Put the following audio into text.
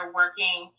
working